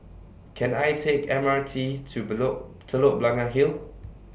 Can I Take M R T to below Telok Blangah Hill